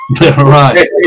Right